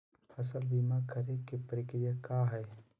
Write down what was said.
फसल बीमा करे के प्रक्रिया का हई?